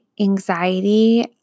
anxiety